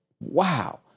Wow